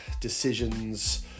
decisions